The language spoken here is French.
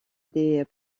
des